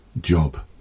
job